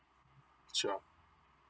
sure